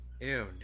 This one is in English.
ew